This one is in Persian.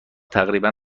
تقریبا